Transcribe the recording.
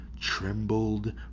Trembled